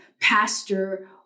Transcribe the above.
pastor